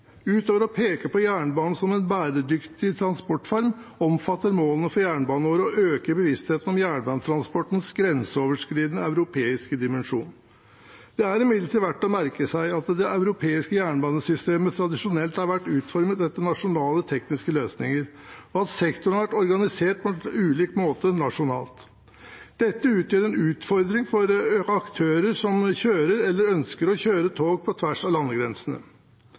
Utover å peke på jernbanen som en bæredyktig transportform omfatter målene for jernbaneåret å øke bevisstheten om jernbanetransportens grenseoverskridende europeiske dimensjon. Det er imidlertid verdt å merke seg at det europeiske jernbanesystemet tradisjonelt har vært utformet etter nasjonale tekniske løsninger, og at sektoren har vært organisert på ulik måte nasjonalt. Dette utgjør en utfordring for aktører som kjører, eller ønsker å kjøre, tog på tvers av landegrensene.